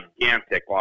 gigantic